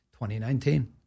2019